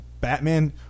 Batman